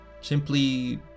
simply